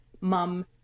mum